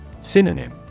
Synonym